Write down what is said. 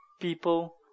people